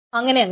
അങ്ങനെ അങ്ങനെ